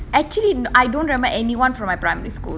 actually n~ I don't remember anyone from my primary school